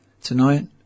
tonight